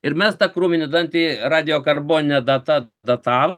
ir mes tą krūminį dantį radiokarbonine data datavom